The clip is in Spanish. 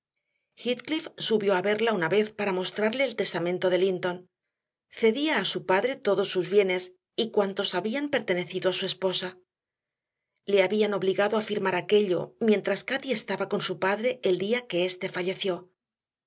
violentamente heathcliff subió a verla una vez para mostrarle el testamento de linton cedía a su padre todos sus bienes y cuantos habían pertenecido a su esposa le habían obligado a firmar aquello mientras cati estaba con su padre el día que éste falleció